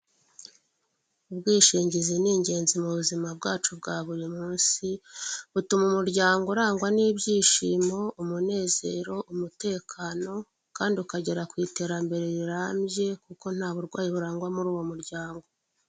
Ubwishingizi ni ingenzi mu buzima bwacu bwa buri munsi, butuma umuryango urangwa n'ibyishimo, umunezero, umutekano, kandi ukagera ku iterambere rirambye, kuko nta burwayi burangwa muri uwo muryango.